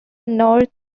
north